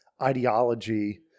ideology